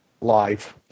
life